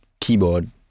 Keyboard